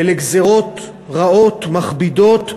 אלה גזירות רעות, מכבידות,